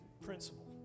principle